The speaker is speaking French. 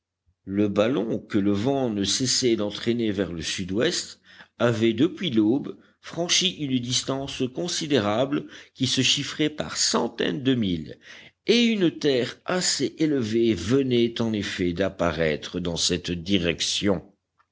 le ballon que le vent ne cessait d'entraîner vers le sud-ouest avait depuis l'aube franchi une distance considérable qui se chiffrait par centaines de milles et une terre assez élevée venait en effet d'apparaître dans cette direction